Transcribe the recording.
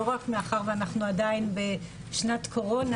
לא רק מאחר ואנחנו עדיין בשנת קורונה,